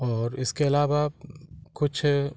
और इसके अलावा कुछ